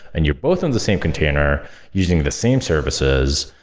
and you're both on the same container using the same services,